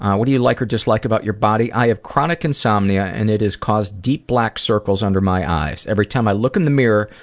what do you like or dislike about your body? i have chronic insomnia and it has caused deep black circles under my eyes. every time i look in the mirror,